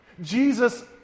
Jesus